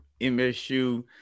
MSU